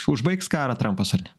užbaigs karą trampas ar ne